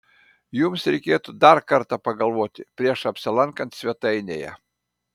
jums reikėtų dar kartą pagalvoti prieš apsilankant svetainėje